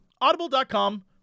Audible.com